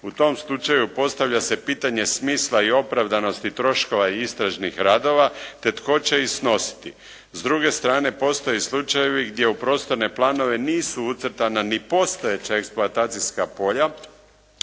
U tom slučaju postavlja se pitanje smisla i opravdanosti troškova i istražnih radova, te tko će ih snositi. S druge strane postoji slučajevi gdje u prostorne planove nisu ucrtana ni postojeća eksploatacijska polja